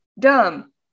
Dumb